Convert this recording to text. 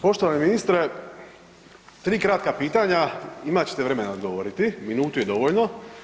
Poštovani ministre, 3 kratka pitanja, imat ćete vremena odgovoriti, minutu je dovoljno.